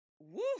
Woo